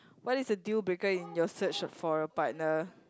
what is a deal breaker in your search for a partner